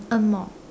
earn more